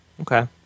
Okay